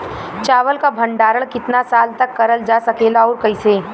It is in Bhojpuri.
चावल क भण्डारण कितना साल तक करल जा सकेला और कइसे?